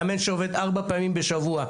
מאמן שעובד ארבע פעמים בשבוע.